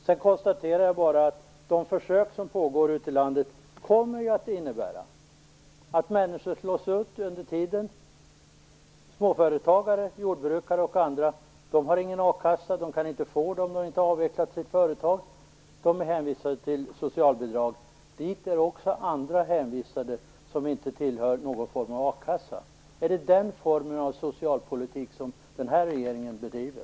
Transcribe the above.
Sedan konstaterar jag bara att de försök som pågår ute i landet kommer att innebära att människor slås ut under tiden. Småföretagare, jordbrukare och andra har ingen a-kassa, och de kan inte få det om de inte har avvecklat sitt företag. De är hänvisade till socialbidrag. Till det är också andra som inte tillhör någon form av a-kassa hänvisade. Är det den formen av socialpolitik som den här regeringen bedriver?